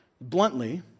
Bluntly